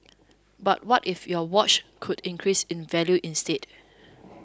but what if your watch could increase in value instead